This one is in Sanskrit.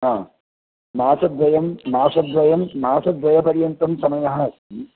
हा मासद्वयं मासद्वयं मासद्वयपर्यन्तः समयः अस्ति